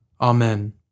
Amen